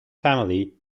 family